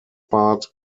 part